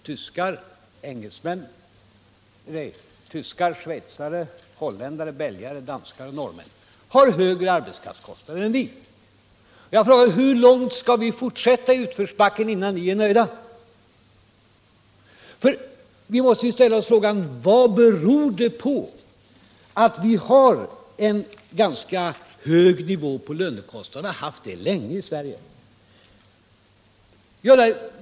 Tyskar, schweizare, holländare, belgare, danskar och norrmän har högre arbetskraftskostnader än vi. Men jag frågar: Hur länge skall vi fortsätta i utförsbacken innan ni är nöjda? Vi måste fråga oss vad det beror på att vi har en ganska hög nivå på lönekostnaderna i Sverige och har haft det länge.